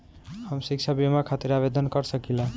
हम शिक्षा बीमा खातिर आवेदन कर सकिला?